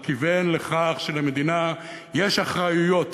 הוא כיוון לכך שלמדינה יש אחריויות,